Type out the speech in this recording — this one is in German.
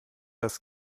das